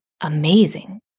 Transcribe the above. amazing